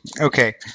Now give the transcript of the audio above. Okay